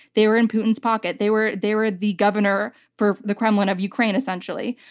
they were in putin's pocket. they were they were the governor for the kremlin of ukraine, essentially.